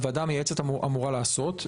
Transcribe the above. הוועדה המייעצת אמורה לעשות.